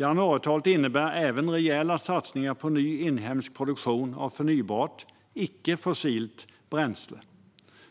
Januariavtalet innebär även rejäla satsningar på ny inhemsk produktion av förnybart, icke-fossilt bränsle,